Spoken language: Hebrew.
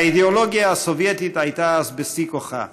האידיאולוגיה הסובייטית הייתה אז בשיא כוחה,